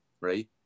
right